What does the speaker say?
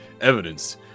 evidence